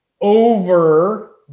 over